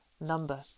Number